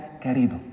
querido